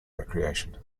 recreation